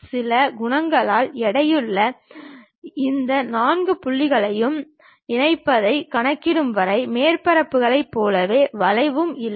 சில குணகங்களால் எடையுள்ள இந்த 4 புள்ளிகளையும் இணைப்பதைக் கணக்கிடும் வரை மேற்பரப்புகளைப் போலவே வளைவும் இல்லை